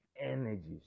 energy